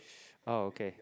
ah okay